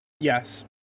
Yes